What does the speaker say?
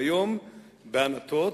והיום בענתות,